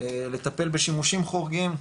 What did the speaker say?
לטפל בשימושים חורגים,